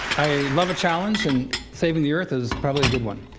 i love a challenge, and saving the earth is probably a good one.